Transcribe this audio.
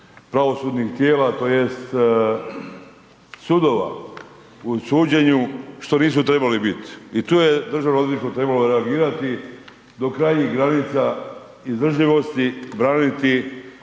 pravosudnih tijela to jest sudova u suđenju što nisu trebali bit, i tu je Državno odvjetništvo trebalo reagirati do krajnjih granica izdržljivosti, braniti